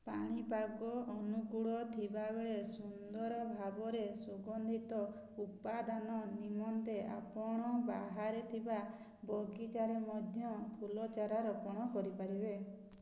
ପାଣିପାଗ ଅନୁକୂଳ ଥିବାବେଳେ ସୁନ୍ଦର ଭାବରେ ସୁଗନ୍ଧିତ ଉପାଦାନ ନିମନ୍ତେ ଆପଣ ବାହାରେ ଥିବା ବଗିଚାରେ ମଧ୍ୟ ଫୁଲ ଚାରା ରୋପଣ କରିପାରିବେ